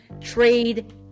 trade